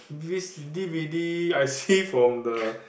v_c~ D_V_D I see from the